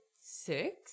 six